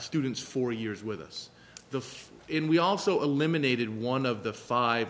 students four years with us the and we also eliminated one of the five